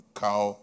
cow